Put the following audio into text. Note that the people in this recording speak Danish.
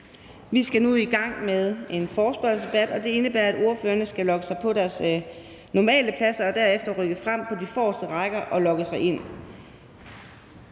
Vi skal nu i gang med en forespørgselsdebat, og det indebærer, at ordførerne skal logge sig af deres normale pladser og derefter rykke frem på de forreste rækker og logge sig ind.